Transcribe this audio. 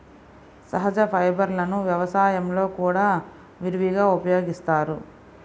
సహజ ఫైబర్లను వ్యవసాయంలో కూడా విరివిగా ఉపయోగిస్తారు